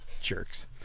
jerks